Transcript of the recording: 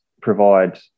provide